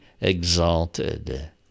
exalted